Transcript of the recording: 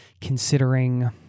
considering